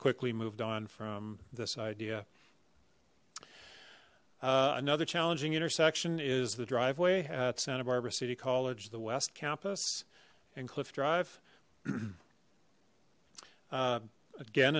quickly moved on from this idea another challenging intersection is the driveway at santa barbara city college the west campus in cliff drive again